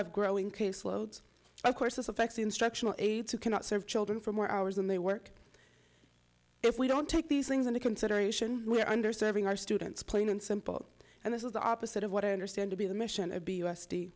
have a growing caseload of course affects instructional aides who cannot serve children for more hours than they work if we don't take these things into consideration we are under serving our students plain and simple and this is the opposite of what i understand to be the mission to be u